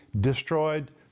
destroyed